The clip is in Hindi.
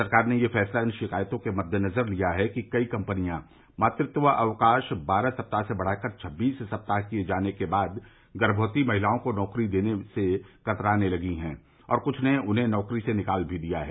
सरकार ने यह फैसला इन शिकायतों के मद्देनजर लिया है कि कई कंपनियां मातृत्व अक्काश बारह सप्ताह से बढ़ाकर छब्बीस सप्ताह किए जाने के बाद गर्भवती महिलाओं को नौकरी देने से कतराने लगी हैं और कुछ ने तो उन्हें नौकरी से निकाल भी दिया है